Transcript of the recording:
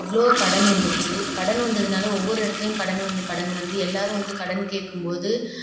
அவ்வளோ கடன் வந்துடுச்சு கடன் வந்ததினால ஒவ்வொரு இடத்துலயும் கடன் வந்து கடன் வந்து எல்லோரும் வந்து கடன் கேட்கும் போது